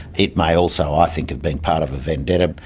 it may also, i think, have been part of a vendetta.